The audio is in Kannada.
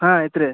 ಹಾಂ ಐತ್ರಿ